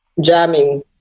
jamming